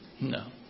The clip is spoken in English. No